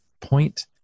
point